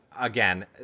again